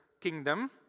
kingdom